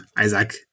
Isaac